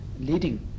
leading